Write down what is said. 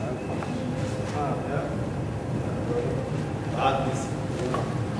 ההצעה להעביר את הנושא לוועדת הפנים והגנת הסביבה נתקבלה.